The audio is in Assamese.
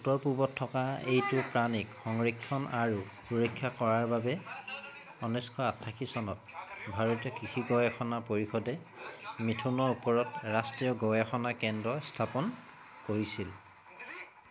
উত্তৰ পূবত থকা এইটো প্ৰাণীক সংৰক্ষণ আৰু সুৰক্ষা কৰাৰ বাবে ঊনৈছশ আঠাশী চনত ভাৰতীয় কৃষি গৱেষণা পৰিষদে মিথুনৰ ওপৰত ৰাষ্ট্ৰীয় গৱেষণা কেন্দ্ৰ স্থাপন কৰিছিল